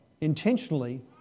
intentionally